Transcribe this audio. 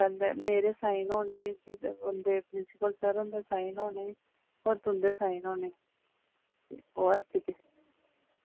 पैह्ले मेरे साइन होने फिर उं'दे प्रिंसिपल सर उं'दे साइन होने और तुंदे साइन होने